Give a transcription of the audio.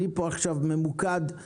אני פה עכשיו ממוקד,